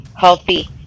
healthy